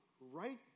right